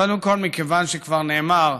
קודם כול, מכיוון שכבר נאמר,